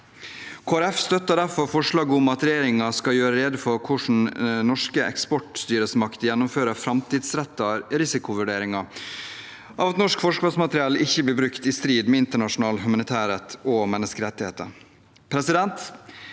støtter derfor forslaget om at regjeringen skal gjøre rede for hvordan norske eksportstyresmakter gjennomfører framtidsrettede risikovurderinger av at norsk forsvarsmateriell ikke blir brukt i strid med internasjonal humanitærrett og menneskerettigheter.